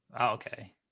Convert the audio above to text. Okay